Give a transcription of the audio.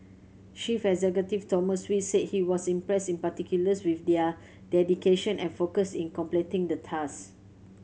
chief executive Thomas Wee said he was impressed in particular with their dedication and focus in completing the tasks